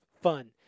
fun